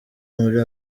muri